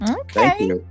okay